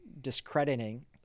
discrediting